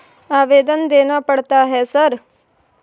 आवेदन देना पड़ता है सर?